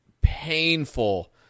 painful